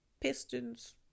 pistons